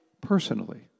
personally